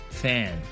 fan